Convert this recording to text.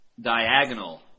diagonal